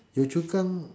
Yio-Chu-Kang